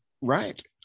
Right